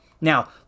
Now